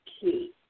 key